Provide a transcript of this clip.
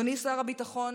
אדוני שר הביטחון